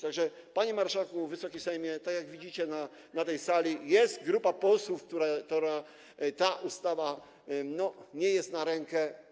Tak że, panie marszałku, Wysoki Sejmie, tak jak widzicie, na tej sali jest grupa posłów, którym ta ustawa nie jest na rękę.